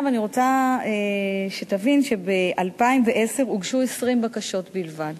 אני רוצה שתבין שב-2010 הוגשו 20 בקשות בלבד.